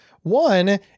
One